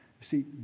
See